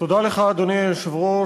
אדוני היושב-ראש,